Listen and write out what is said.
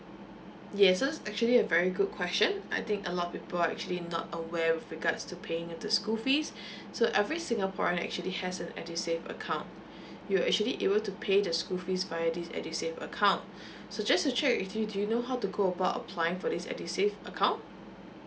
yes so actually a very good question I think a lot people actually not aware with regards to paying the school fees so every singaporean actually has an edusave account you will actually able to pay the school fees via this edusave account so just to check with you do you know how to go about applying for this edusave account